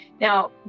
now